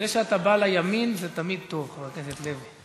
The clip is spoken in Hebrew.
זה שאתה בא לימין זה תמיד טוב, חבר הכנסת לוי.